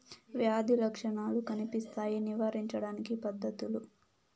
వ్యాధి లక్షణాలు కనిపిస్తాయి నివారించడానికి పద్ధతులు?